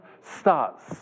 starts